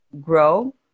grow